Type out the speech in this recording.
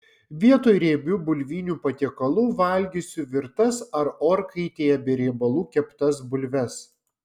vietoj riebių bulvinių patiekalų valgysiu virtas ar orkaitėje be riebalų keptas bulves